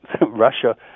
Russia